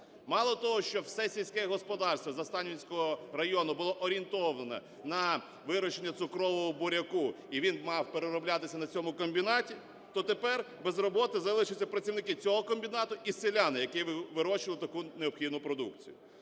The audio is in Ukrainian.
Мало того, що все сільське господарство Заставнівського району було орієнтоване на вирощення цукрового буряку і він мав перероблятися на цьому комбінаті, то тепер без роботи залишаться працівники цього комбінату і селяни, які вирощували таку необхідну продукцію.